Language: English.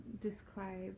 describe